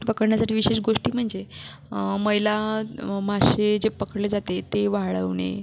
पकडण्यासाठी विशेष गोष्टी म्हणजे महिला मासे जे पकडले जाते ते वाळवणे